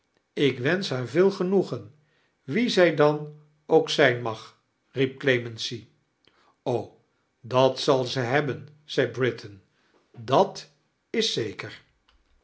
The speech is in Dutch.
ik wensch haar veel genoegen wie zij dan ook zijn mag riep clemency dat zal ze hebben zei britain dat is zeker